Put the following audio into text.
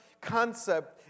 concept